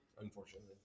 Unfortunately